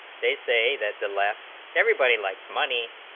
they say that the left everybody likes money